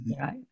Right